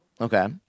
Okay